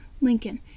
Lincoln